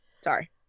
Sorry